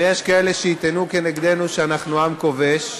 הרי יש כאלה שיטענו כנגדנו שאנחנו עם כובש,